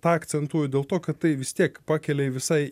tą akcentuoju dėl to kad tai vis tiek pakelia į visai